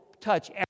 touch